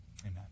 amen